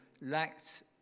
lacked